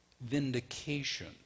vindication